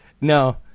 No